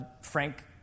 Frank